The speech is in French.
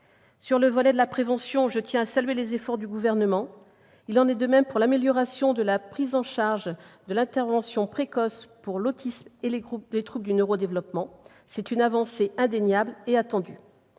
S'agissant de la prévention, je tiens à saluer les efforts du Gouvernement. Il en est de même pour l'amélioration de la prise en charge de l'intervention précoce en matière d'autisme et de troubles du neuro-développement : c'est une avancée indéniable et attendue.